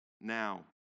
now